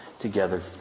together